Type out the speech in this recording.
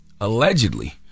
Allegedly